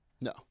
No